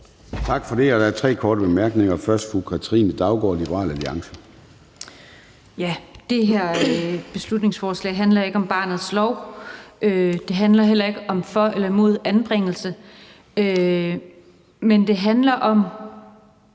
Tak for det. Og der er tre korte bemærkninger, først fra fru Katrine Daugaard, Liberal Alliance. Kl. 22:33 Katrine Daugaard (LA): Det her beslutningsforslag handler ikke om barnets lov, det handler heller ikke om for eller imod anbringelse, men det handler om,